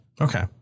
Okay